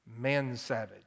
Mansavage